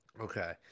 Okay